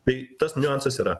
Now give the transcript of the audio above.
tai tas niuansas yra